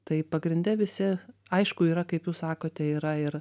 tai pagrinde visi aišku yra kaip jūs sakote yra ir